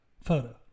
photo